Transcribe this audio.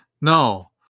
No